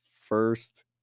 first